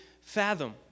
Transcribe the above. fathom